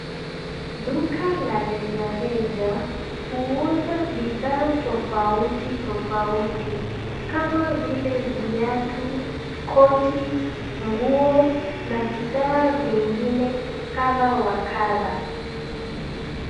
Duka la rejareja huuza bidhaa tofauti tofauti kama vile viatu, koti, nguo na bidhaa zingine kadhaa wa kadhaa.